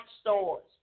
stores